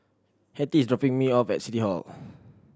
Hettie is dropping me off at City Hall